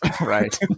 Right